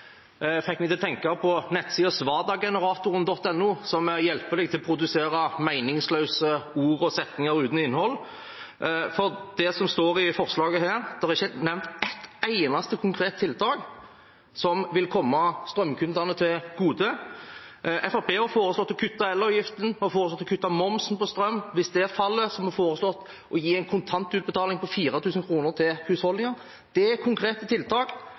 fikk meg til å tenke på nettstedet svadagenerator.no, som hjelper en til å produsere meningsløse ord og setninger uten innhold. Blant det som står i dette forslaget, er det ikke nevnt ett eneste konkret tiltak som vil komme strømkundene til gode. Fremskrittspartiet har foreslått å kutte elavgiften, og vi har foreslått å kutte momsen på strøm. Hvis det forslaget faller, har vi foreslått en kontantutbetaling på 4 000 kr til husholdningene. Det er konkrete tiltak.